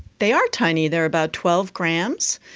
they are tiny, they are about twelve grams,